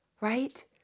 right